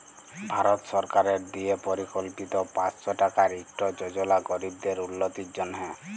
ভারত সরকারের দিয়ে পরকল্পিত পাঁচশ টাকার ইকট যজলা গরিবদের উল্লতির জ্যনহে